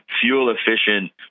fuel-efficient